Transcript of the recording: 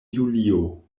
julio